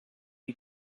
you